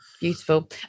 Beautiful